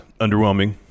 underwhelming